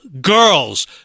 girls